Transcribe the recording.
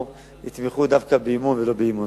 או יתמכו דווקא באמון ולא באי-אמון.